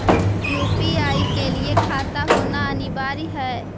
UPI के लिए खाता होना अनिवार्य है?